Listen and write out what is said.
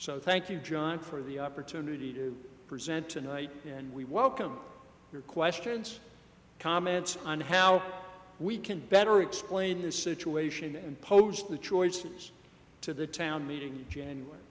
so thank you john for the opportunity to present tonight and we welcome your questions comments on how we can better explain this situation and post the choices to the town meeting an